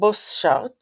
בוסשארט